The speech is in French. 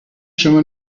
chemin